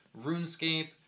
runescape